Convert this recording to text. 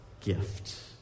gift